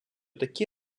такі